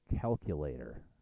calculator